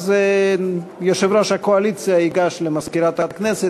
יו"ר הקואליציה ייגש למזכירת הכנסת